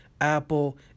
Apple